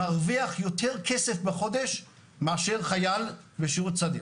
מרוויח יותר כסף בחודש מאשר חייל בשירות סדיר.